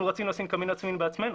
אנחנו רצינו לשים קמין עצים בעצמנו,